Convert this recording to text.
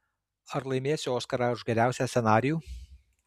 ar laimėsiu oskarą už geriausią scenarijų